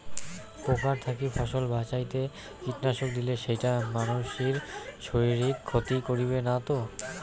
পোকার থাকি ফসল বাঁচাইতে কীটনাশক দিলে সেইটা মানসির শারীরিক ক্ষতি করিবে না তো?